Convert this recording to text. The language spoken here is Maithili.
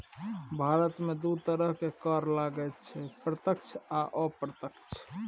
भारतमे दू तरहक कर लागैत छै प्रत्यक्ष कर आ अप्रत्यक्ष कर